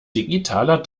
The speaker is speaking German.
digitaler